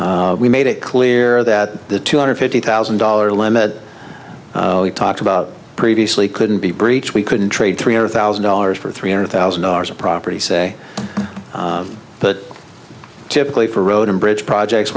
way we made it clear that the two hundred fifty thousand dollars limit we talked about previously couldn't be breach we couldn't trade three hundred thousand dollars for three hundred thousand dollars of property say but typically for road and bridge projects